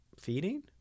feeding